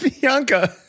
bianca